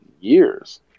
years